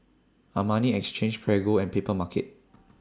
Armani Exchange Prego and Papermarket